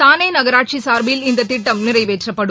தானே நகராட்சி சாா்பில் இந்த திட்டம் நிறைவேற்றப்படும்